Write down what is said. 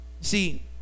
See